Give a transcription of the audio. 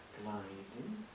gliding